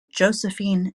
josephine